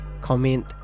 comment